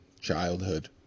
childhood